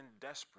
desperate